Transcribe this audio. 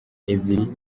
ebyiri